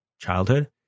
childhood